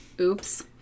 Oops